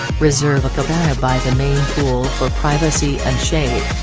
reserve a cabana by the main pool for privacy and shade.